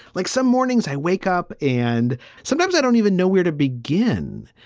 like some mornings i wake up and sometimes i don't even know where to begin.